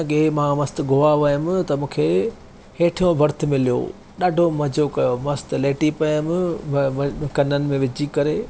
अॻे मां मस्तु गोआ वियमि त मूंखे हेठियों बर्थ मिलियो ॾाढो मज़ो कयो मस्तु लेटी पियमि कननि में विझी करे